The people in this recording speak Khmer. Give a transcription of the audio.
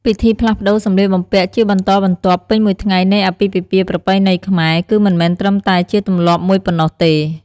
ពិធីផ្លាស់ប្ដូរសម្លៀកបំពាក់ជាបន្តបន្ទាប់ពេញមួយថ្ងៃនៃអាពាហ៍ពិពាហ៍ប្រពៃណីខ្មែរ គឺមិនមែនត្រឹមតែជាទម្លាប់មួយប៉ុណ្ណោះទេ។